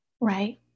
Right